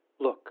Look